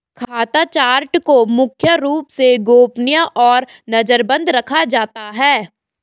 खाता चार्ट को मुख्य रूप से गोपनीय और नजरबन्द रखा जाता है